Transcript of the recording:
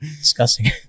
disgusting